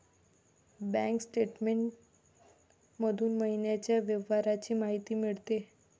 bank statement मधून महिन्याच्या व्यवहारांची माहिती मिळते